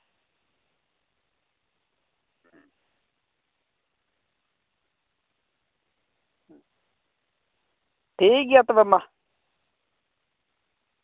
ᱴᱷᱤᱠ ᱜᱮᱭᱟ ᱛᱚᱵᱮ ᱢᱟ